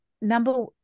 number